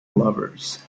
lovers